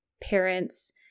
parents